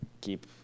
keep